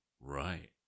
Right